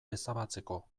ezabatzeko